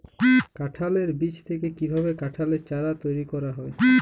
কাঁঠালের বীজ থেকে কীভাবে কাঁঠালের চারা তৈরি করা হয়?